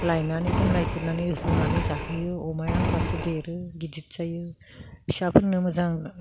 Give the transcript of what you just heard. लायनानै जों नागिरनानै रुनानै जाहोयो अमाया होनबासो देरो गिदिर जायो फिसाफोरनो मोजां